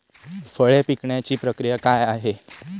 फळे पिकण्याची प्रक्रिया काय आहे?